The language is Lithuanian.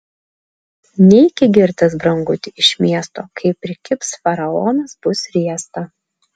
neiki girtas branguti iš miesto kai prikibs faraonas bus riesta